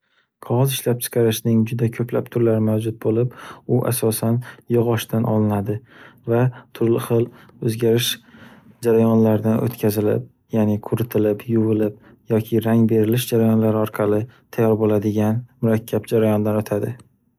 Qogʻoz ishlab chiqarishning juda koʻplab turlari mavjud boʻlib, u asosan yogʻochdan olinadi va turli xil oʻzgarish jarayonlaridan oʻtkazilib, yaʼni kuritilib, yuvilib, yoki rang berilish jarayonlari orqali tayyor boʻladigan murakkab jarayondan oʻtadi.